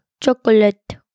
chocolate